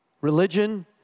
religion